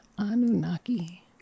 anunnaki